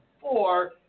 four